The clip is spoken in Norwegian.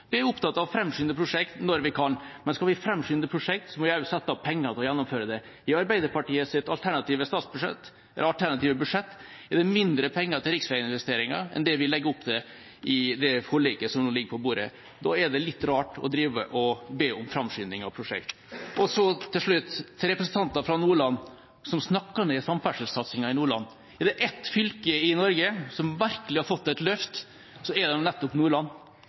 vi er opptatt av å framskynde prosjekt når vi kan, men skal vi framskynde prosjekt, må vi også sette av penger til å gjennomføre det. I Arbeiderpartiets alternative budsjett er det mindre penger til riksveiinvesteringer enn det vi legger opp til i det forliket som ligger på bordet. Da er det litt rart å drive og be om framskynding av prosjekt. Og så til slutt, til representanter fra Nordland som snakker ned samferdselssatsinga i Nordland: Er det ett fylke i Norge som virkelig har fått et løft, er det nettopp Nordland.